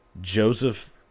Joseph